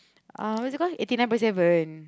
ah what's it called eighty nine point seven